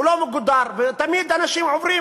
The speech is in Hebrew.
אינו מגודר, ותמיד אנשים עוברים